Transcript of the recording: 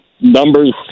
Numbers